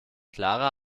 clara